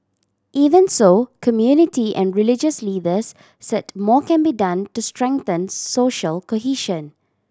even so community and religious leaders said more can be done to strengthen social cohesion